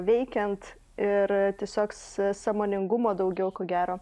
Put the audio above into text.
veikiant ir tiesiog sąmoningumo daugiau ko gero